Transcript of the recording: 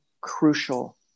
crucial